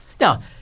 Now